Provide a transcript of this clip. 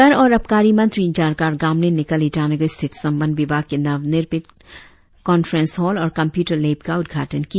कर और अबकारी मंत्री जारकार गामलिन ने कल ईटानगर स्थित संबद्ध विभाग के नव निर्मित कॉनफ्रेंस हॉल और कम्प्यूटर लेब का उद़घाटन किया